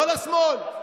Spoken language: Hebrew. לא לשמאל.